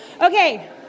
Okay